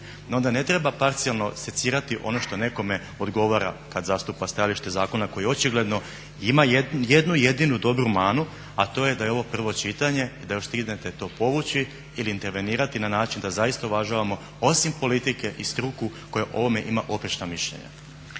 ne treba parcijalno secirati ono što nekome odgovara kad zastupa stajalište zakona koji očigledno ima jednu jedinu dobru manu a to je da je ovo prvo čitanje i da još stignete to povući ili intervenirati na način da zaista uvažavamo osim politike i struku koja o ovome ima oprečna mišljenja.